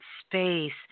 space